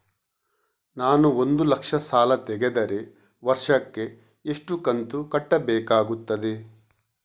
ನಾನು ಒಂದು ಲಕ್ಷ ಸಾಲ ತೆಗೆದರೆ ವರ್ಷಕ್ಕೆ ಎಷ್ಟು ಕಂತು ಕಟ್ಟಬೇಕಾಗುತ್ತದೆ?